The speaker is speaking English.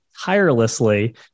tirelessly